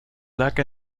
black